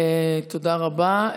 תודה רבה.